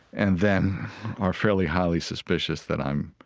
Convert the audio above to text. and then are fairly highly suspicious that i'm